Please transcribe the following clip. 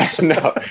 No